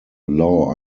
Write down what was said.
law